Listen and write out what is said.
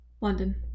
london